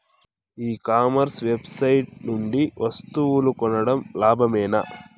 ఈ commerce website నుండి వస్తువులు కొనడం లాభమేనా?